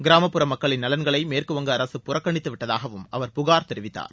கிராமப்புற மக்களின் நலன்களை மேற்குவங்க அரசு புறக்கணித்து விட்டதாகவும் அவர் புகார் தெரிவித்தார்